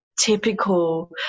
typical